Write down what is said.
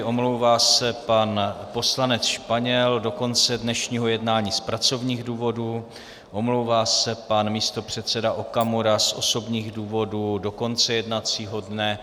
Omlouvá se pan poslanec Španěl do konce dnešního jednání z pracovních důvodů, omlouvá se pan místopředseda Okamura z osobních důvodů do konce jednacího dne.